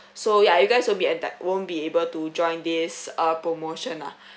so yeah you guys won't be enti~ won't be able to join this uh promotion lah